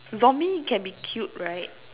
zombie can be killed right